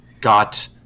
got